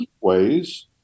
ways